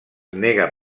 nega